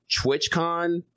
TwitchCon